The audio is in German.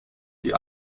die